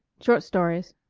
short stories.